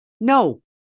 No